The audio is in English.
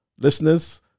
Listeners